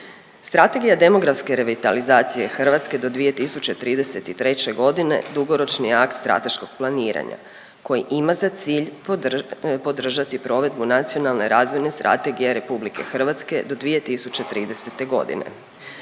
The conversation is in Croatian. Strategija demografske revitalizacije Hrvatske do 2033. godine dugoročni je akt strateškog planiranja koji ima za cilj podržati provedbu Nacionalne razvoje strategije RH do 2030. godine.